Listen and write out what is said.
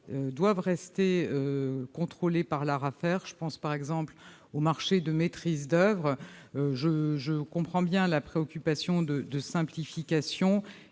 doivent rester contrôlés par l'Arafer ; je pense, par exemple, aux marchés de maîtrise d'oeuvre. Je comprends bien votre souci de simplification,